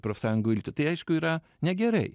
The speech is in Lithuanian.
profsąjungų elitų tai aišku yra negerai